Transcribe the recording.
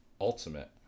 Ultimate